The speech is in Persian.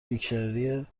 دیکشنری